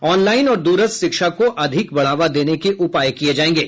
online और दूरस्थ शिक्षा को अधिक बढ़ावा देने के उपाय किए जाएंगे